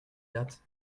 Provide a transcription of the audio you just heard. dates